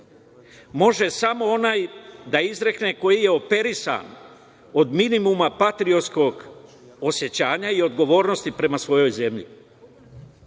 može samo onaj da izrekne koji je operisan od minimuma patriotskog osećanja i odgovornosti prema svojoj zemlji. Ništa